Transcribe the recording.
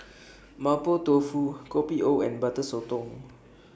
Mapo Tofu Kopi O and Butter Sotong